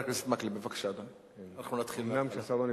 חבר הכנסת מקלב, בבקשה, אדוני.